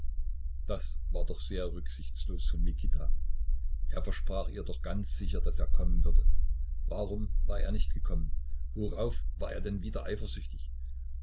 das war doch sehr rücksichtslos von mikita er versprach ihr doch ganz sicher daß er kommen würde warum war er nicht gekommen worauf war er denn wieder eifersüchtig